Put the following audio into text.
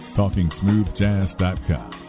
talkingsmoothjazz.com